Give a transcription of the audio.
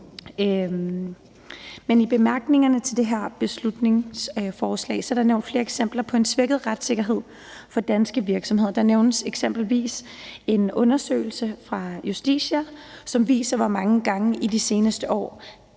I bemærkningerne til det her beslutningsforslag er der nævnt flere eksempler på en svækket retssikkerhed for danske virksomheder. Der nævnes eksempelvis en undersøgelse fra Justitia, som viser, hvor mange gange der de seneste år